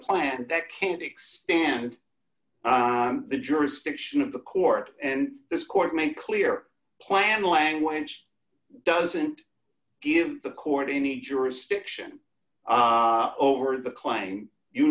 plant that can expand the jurisdiction of the court and this court made clear plan language doesn't give the court any jurisdiction over the claim you